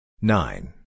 Nine